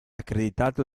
accreditato